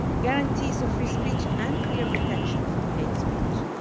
guarantees of free speech and clear protection from hate speech.